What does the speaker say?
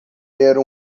era